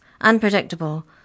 unpredictable